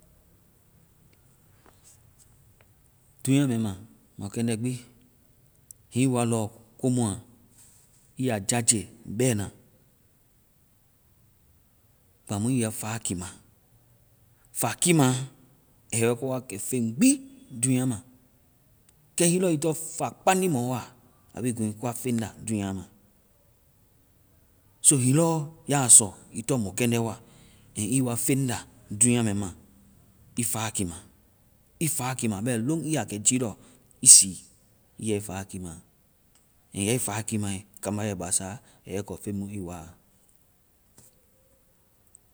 Dúunya mɛɛ ma, mɔkɛndɛ gbi, hiŋi ii wa lɔ ko mua, ii ya jaje bɛna. Kpaŋ mu ii yɛ ii fa kima. Fa kimaa, a yɛ ii kɔ wa kɛ feŋ gbi dunya ma. Kɛ hiŋi lɔ ii tɔ fa kpaŋdi mɔɔ wa, a be kuŋ ii kɔa feŋ la dunya ma. So hiŋi lɔ ya sɔ ii tɔŋ mɔkɛndɛ and ii wa feŋ la dúunya mɛɛ ma, ii fa kima. Ii fakima bɛ loŋ. ii ya kɛ jii lɔ. Ii sii ii yɛ ii faa kiima. And ya ii fa kiimae, kaamba yɛ ii basaa, a yɛ ii kɔ feŋmu ii waa.